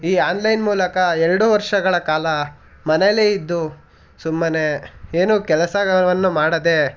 ಈ ಆನ್ಲೈನ್ ಮೂಲಕ ಎರ್ಡು ವರ್ಷಗಳ ಕಾಲ ಮನೆಯಲ್ಲೇ ಇದ್ದು ಸುಮ್ಮನೆ ಏನೂ ಕೆಲಸವನ್ನು ಮಾಡದೇ